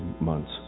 months